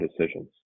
decisions